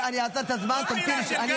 אין לך מושג.